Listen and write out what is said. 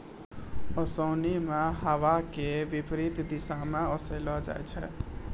ओसोनि मे हवा के विपरीत दिशा म ओसैलो जाय छै